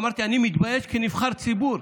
אמרתי: אני מתבייש כנבחר ציבור.